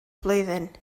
blwyddyn